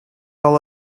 all